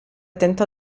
tentò